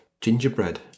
gingerbread